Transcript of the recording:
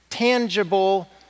Tangible